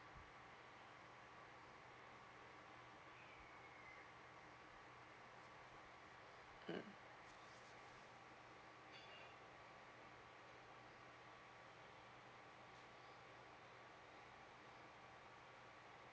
mm